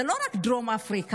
זה לא רק דרום אפריקה,